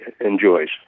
enjoys